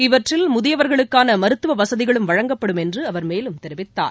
இவற்றில் முதியவர்களுக்கான மருத்துவ வசதிகளும் வழங்கப்படும் என்று அவர் மேலும் தெரிவித்தார்